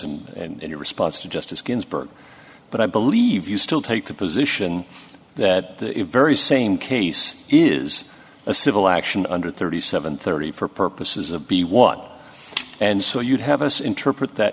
those and in response to justice ginsburg but i believe you still take the position that the very same case is a civil action under thirty seven thirty for purposes of b one and so you'd have us interpret that